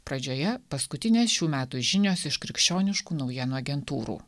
pradžioje paskutinės šių metų žinios iš krikščioniškų naujienų agentūrų